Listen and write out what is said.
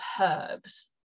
herbs